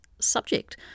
subject